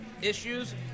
issues